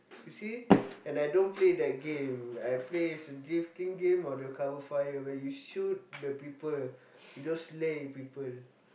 you see and I don't play that game I play drifting game or the cover fire where you shoot the people you don't slay people